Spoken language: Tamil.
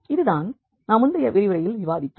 இது தான் நாம் முந்தைய விரிவுரையில் விவாதித்தோம்